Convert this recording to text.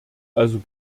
also